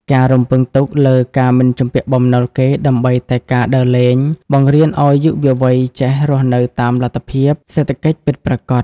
ការរំពឹងទុកលើ "ការមិនជំពាក់បំណុលគេដើម្បីតែការដើរលេង" បង្រៀនឱ្យយុវវ័យចេះរស់នៅតាមលទ្ធភាពសេដ្ឋកិច្ចពិតប្រាកដ។